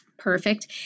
Perfect